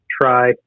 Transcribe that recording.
try